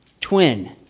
twin